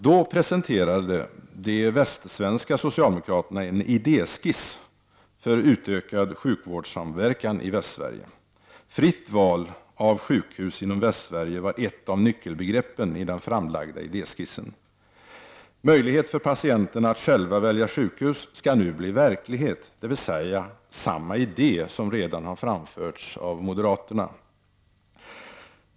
Då presenterade de västsvenska socialdemokraterna en idéskiss för utökad sjukvårdssamverkan i Västsverige. Fritt val av sjukhus inom Västsverige var ett av nyckelbegreppen i den framlagda idéskissen. Möjlighet för patienterna att själva välja sjukhus skall nu bli verklighet, dvs. samma idé som redan har framförts av moderaterna.